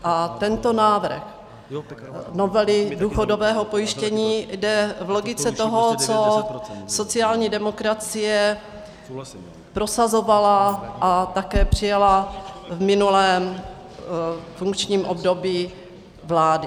A tento návrh novely důchodového pojištění jde v logice toho, co sociální demokracie prosazovala a také přijala v minulém funkčním období vlády.